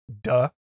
Duh